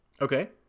Okay